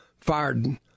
fired